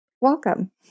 welcome